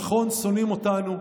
נכון, שונאים אותנו,